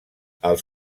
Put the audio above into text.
els